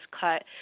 cut